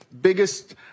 biggest